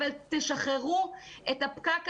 אבל תשחררו את הפקק הזה.